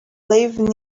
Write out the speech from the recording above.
live